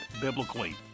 biblically